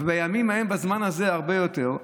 בימים ההם בזמן הזה הרבה יותר,